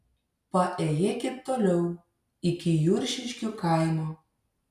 paėjėkit toliau iki juršiškių kaimo